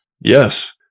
Yes